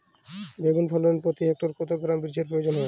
বেগুন ফলনে প্রতি হেক্টরে কত গ্রাম বীজের প্রয়োজন হয়?